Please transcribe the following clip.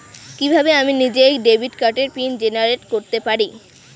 কিভাবে আমি নিজেই ডেবিট কার্ডের পিন জেনারেট করতে পারি?